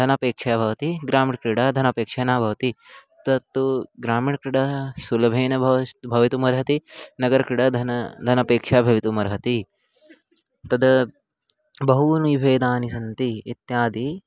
धनापेक्षा भवति ग्रामीणक्रीडायाः धनापेक्षा न भवति तत्तु ग्रामीणक्रीडा सुलभेन भवति भवितुमर्हति नगरक्रीडा धनं धनापेक्षा भवितुमर्हति तद् बहवः भेदाः सन्ति इत्यादि